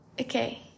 okay